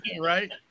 Right